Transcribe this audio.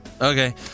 Okay